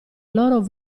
loro